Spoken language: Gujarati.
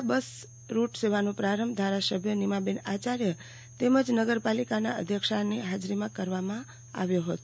આ બસ રૂટનો પ્રારંભ ધારાસભ્ય નિમાબેન આયાર્ય તેમજ નગરપાલિકાના અધ્યક્ષાની હાજરીમાં કરવામાં આવ્યો હતો